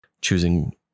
Choosing